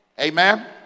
amen